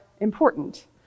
important